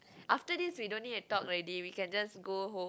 after this we don't need to talk already we can just go home